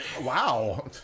Wow